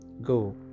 Go